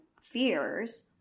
fears